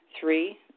Three